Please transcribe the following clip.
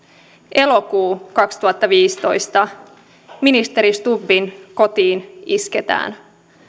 elokuu kaksituhattaviisitoista ministeri stubbin kotiin isketään